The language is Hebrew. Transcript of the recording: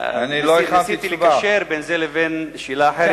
רציתי לקשר בין זה ובין שאלה אחרת,